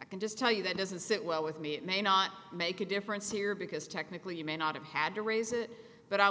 i can just tell you that doesn't sit well with me it may not make a difference here because technically you may not have had to raise it but i